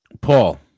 Paul